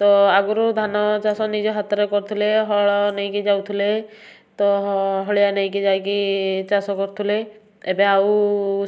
ତ ଆଗରୁ ଧାନ ଚାଷ ନିଜ ହାତରେ କରୁଥିଲେ ହଳ ନେଇକି ଯାଉଥିଲେ ତ ହଳିଆ ନେଇକି ଯାଇକି ଚାଷ କରୁଥିଲେ ଏବେ ଆଉ